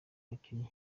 bakinnyi